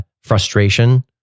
frustration